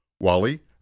Wally